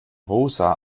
rosa